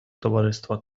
товариства